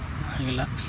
ಆಗಿಲ್ಲ